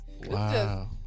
Wow